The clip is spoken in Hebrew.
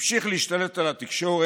הוא המשיך להשתלט על התקשורת,